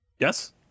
yes